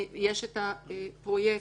יש את הפרויקט